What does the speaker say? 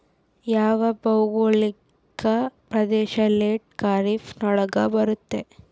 ಯಾವ ಭೌಗೋಳಿಕ ಪ್ರದೇಶ ಲೇಟ್ ಖಾರೇಫ್ ನೊಳಗ ಬರುತ್ತೆ?